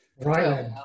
Right